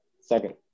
second